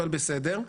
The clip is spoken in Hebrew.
אבל בסדר.